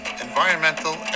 environmental